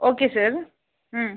okay sir ம்